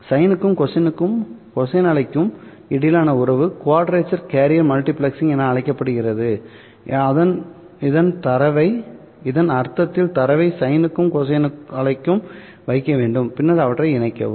சைனுக்கும் cosine அலைக்கும் இடையிலான உறவு குவாட்ரேச்சர் கேரியர் மல்டிபிளெக்சிங் என அழைக்கப்படுகிறது இதன் அர்த்தத்தில் தரவை சைனுக்கும் கொசைன் அலைக்கும் வைக்க வேண்டும்பின்னர் அவற்றை இணைக்கவும்